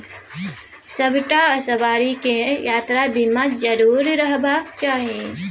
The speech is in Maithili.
सभटा सवारीकेँ यात्रा बीमा जरुर रहबाक चाही